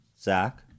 Zach